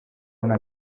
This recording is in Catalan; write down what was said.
una